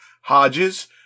Hodges